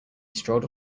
strolled